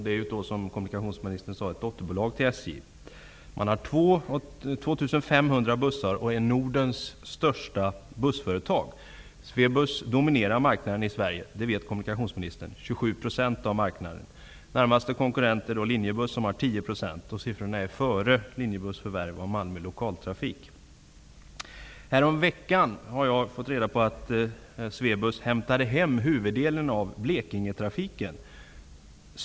Det är, som kommunikationsministern sade, ett dotterbolag till Sverige med 27 %-- det vet kommunikationsministern. Närmaste konkurrent är Linjebuss, som har 10 % av marknaden. Detta är förhållandet före Swebus förvärv av Malmö Jag fick häromveckan reda på att Swebus hämtat hem huvuddelen av Blekingetrafiken.